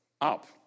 up